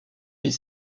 est